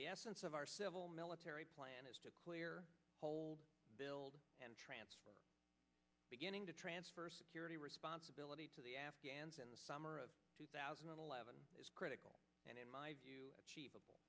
the essence of our civil military plan is to clear hold build and transfer beginning to transfer security responsibility to the afghans in the summer of two thousand and eleven is critical and in my view achievable